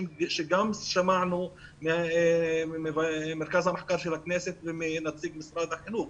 שגם שמענו ממרכז המחקר של הכנסת ומנציג משרד החינוך.